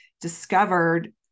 discovered